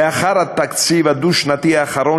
לאחר התקציב הדו-שנתי האחרון,